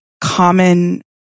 common